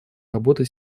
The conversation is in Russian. работы